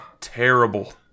terrible